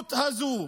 המציאות הזו.